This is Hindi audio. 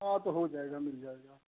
हाँ तो हो जायेगा मिल जायेगा